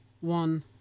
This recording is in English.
one